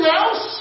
else